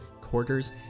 quarters